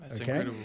Okay